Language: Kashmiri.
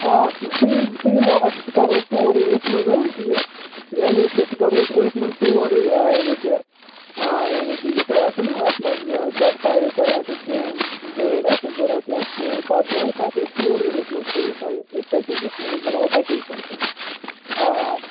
آ سُہ یِم سُہ یِمو أسۍ کَرو أسۍ سورُے أتھۍ منٛز حظ یہِ یعنی کہِ سُہ کَرو أسۍ أتھۍ منٛز سورُے یعنی کہِ آ یعنی کہِ یہِ تۄہہِ آسوٕ نا اَتھ منٛز تۄہہِ تۄہہِ آسٮ۪و کیٚنٛہہ گٲڑۍ آسٮ۪و ضروٗرت یا کیٚنٛہہ کَتھ جایہِ سُہ ہیٚکو أسۍ سورُے أتھۍ منٛز تھٲوِتھ تۄہہِ أتھۍ پیکیجَس منٛز أسۍ بَناوَو پیکیج تۄہہِ تَتہِ آ